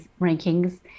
rankings